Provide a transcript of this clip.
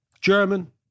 German